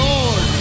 Lord